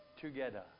together